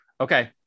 Okay